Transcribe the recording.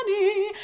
money